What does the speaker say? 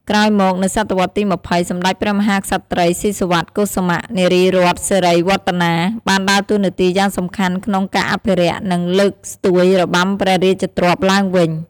ក្រោយមក នៅសតវត្សទី២០ សម្តេចព្រះមហាក្សត្រី ស៊ីសុវត្ថិ កុសុមៈ នារីរ័ត្នសេរីវឌ្ឍនា បានដើរតួនាទីយ៉ាងសំខាន់ក្នុងការអភិរក្ស និងលើកស្ទួយរបាំព្រះរាជទ្រព្យឡើងវិញ។